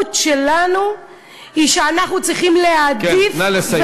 המודעות שלנו היא שאנחנו צריכים להעדיף, נא לסיים.